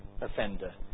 offender